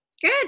Good